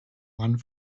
one